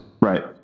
Right